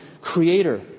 creator